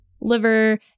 liver